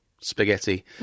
spaghetti